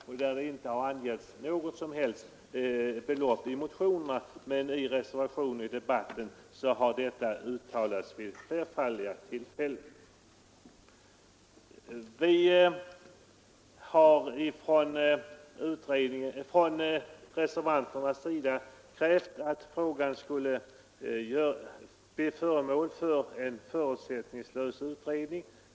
I motionerna har inte angivits något belopp, men i reservationen och i debatten har detta uttalats vid flerfaldiga tillfällen. Reservanterna kräver att frågan skall bli föremål för en förutsättningslös utredning.